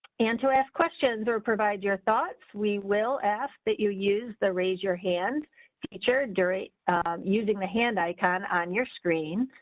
and to ask questions, or provide your thoughts, we will ask that you use the raise your hand feature during using the hand icon on your screen.